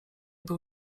był